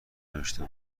نوشته